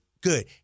good